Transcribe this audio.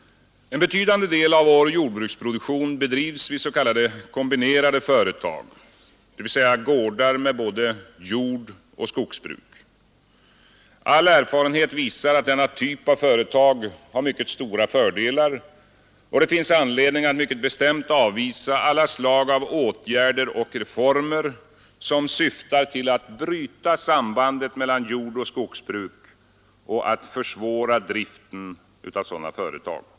En betydande del av vår jordbruksproduktion bedrivs vid s.k. kombinerade företag, dvs. gårdar med både jordoch skogsbruk. All erfarenhet visar att denna typ av företag har mycket stora fördelar, och det finns anledning att mycket bestämt avvisa alla slag av åtgärder och reformer som syftar till att bryta sambandet mellan jordoch skogsbruk och försvåra driften av sådana företag.